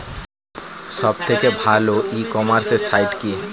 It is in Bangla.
সব থেকে ভালো ই কমার্সে সাইট কী?